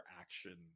action